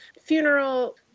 funeral